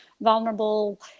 vulnerable